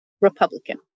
Republican